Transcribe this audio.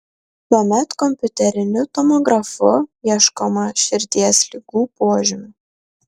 tuomet kompiuteriniu tomografu ieškoma širdies ligų požymių